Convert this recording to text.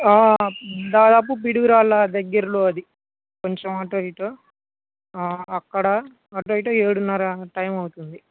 దాదాపు పిడుగురాళ్ళ దగ్గరలో అది కొంచెం అటో ఇటో అక్కడ అటో ఇటో ఏడున్నర ఆ టైం అవుతుంది